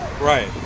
Right